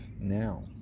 now